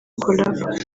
collabo